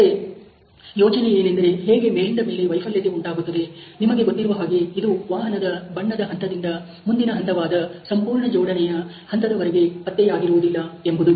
ಮತ್ತೆ ಯೋಚನೆ ಏನೆಂದರೆ ಹೇಗೆ ಮೇಲಿಂದ ಮೇಲೆ ವೈಫಲ್ಯತೆ ಉಂಟಾಗುತ್ತದೆ ನಿಮಗೆ ಗೊತ್ತಿರುವ ಹಾಗೆ ಇದು ವಾಹನದ ಬಣ್ಣದ ಹಂತದಿಂದ ಮುಂದಿನ ಹಂತವಾದ ಸಂಪೂರ್ಣ ಜೋಡಣೆಯ ಹಂತದವರೆಗೆ ಪತ್ತೆಯಾಗಿರುವುದಿಲ್ಲ ಎಂಬುದು